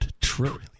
trillion